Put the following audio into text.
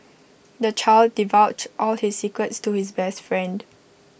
the child divulged all his secrets to his best friend